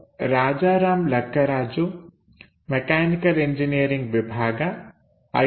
ನಾನು Rajaram Lakkaraju mechanic engineering ವಿಭಾಗ I